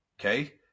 Okay